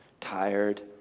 tired